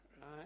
right